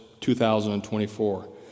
2024